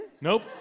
Nope